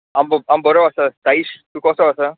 हांव ब बरो आसा साइश तूं कसो आसा